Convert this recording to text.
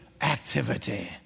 activity